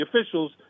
officials